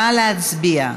נא להצביע.